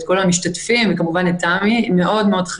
את כל המשתתפים וכמובן את תמי סלע.